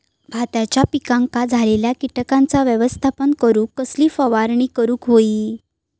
भाताच्या पिकांक झालेल्या किटकांचा व्यवस्थापन करूक कसली फवारणी करूक होई?